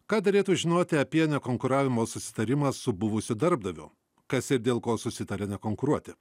ką derėtų žinoti apie nekonkuravimo susitarimą su buvusiu darbdaviu kas ir dėl ko susitaria nekonkuruoti